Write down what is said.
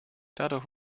dadurch